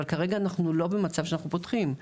אבל כרגע אנחנו לא במצב שאנחנו פותחים.